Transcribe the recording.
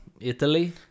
Italy